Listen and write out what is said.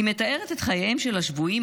היא מתארת את חייהם של השבויים,